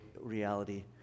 reality